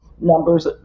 numbers